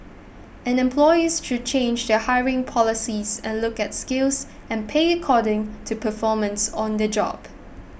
and employers should change their hiring policies and look at skills and pay according to performance on the job